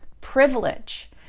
privilege